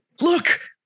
look